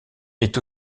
est